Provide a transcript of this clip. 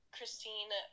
Christine